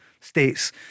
states